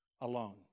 alone